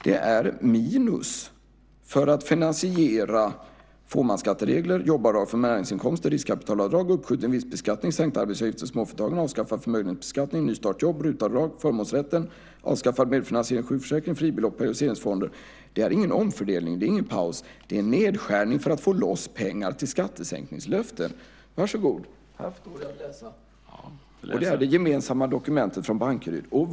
Det är ett minus för att man ska finansiera fåmansskatteregler, jobbavdrag för näringsinkomster, riskkapitalavdrag, uppskjuten vinstbeskattning, sänkta arbetsgivaravgifter för småföretagen, avskaffad förmögenhetsbeskattning, nystartsjobb, Rutavdrag, förmånsrätten, avskaffande av medfinansiering av sjukförsäkringen, fribelopp och periodiseringsfonder. Det är ingen omfördelning, och ingen paus, utan det är en nedskärning för att få loss pengar till skattesänkningslöften. Varsågod och titta i papperen. Det är det gemensamma dokumentet från Bankeryd.